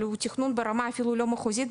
אבל הוא תכנון ברמה אפילו לא מחוזית,